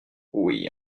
oui